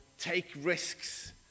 take-risks